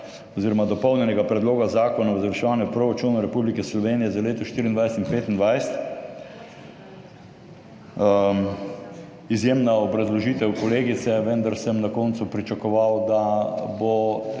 oziroma dopolnjenega Predloga zakona o izvrševanju proračunov Republike Slovenije za leti 2024 in 2025. Izjemna obrazložitev kolegice, vendar sem na koncu pričakoval, da bodo